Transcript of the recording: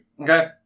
Okay